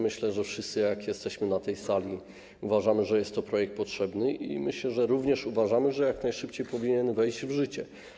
Myślę, że wszyscy, jak jesteśmy na tej sali, uważamy, że jest to projekt potrzebny, i myślę, że również uważamy, że powinien jak najszybciej wejść w życie.